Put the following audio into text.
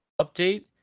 update